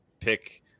pick